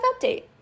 update